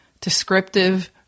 descriptive